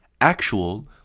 actual